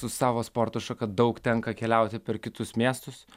su savo sporto šaka daug tenka keliauti per kitus miestus